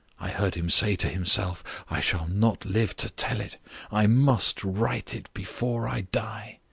i heard him say to himself i shall not live to tell it i must write it before i die.